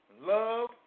love